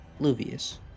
Luvius